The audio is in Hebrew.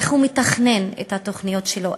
איך הוא מתכנן את התוכניות שלו,